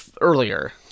earlier